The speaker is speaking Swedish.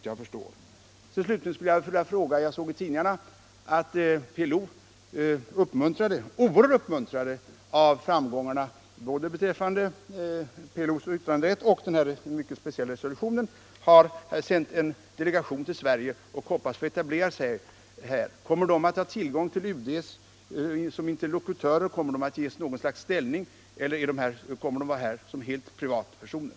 Jag vill slutligen ställa en fråga med anledning av att jag i tidningar sett uppgifter om att PLO känner sig oerhört uppmuntrad av framgångarna i vad avser både PLO:s yttranderätt och denna mycket speciella resolution. PLO har sänt en delegation till Sverige och hoppas få etablera sig här. Kommer dessa personer av UD att ges ställning som något slags interlokutörer eller kommer de att vara här helt i egenskap av privatpersoner?